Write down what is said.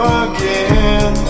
again